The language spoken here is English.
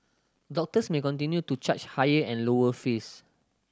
doctors may continue to charge higher and lower fees